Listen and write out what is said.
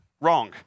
Wrong